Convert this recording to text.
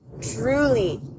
truly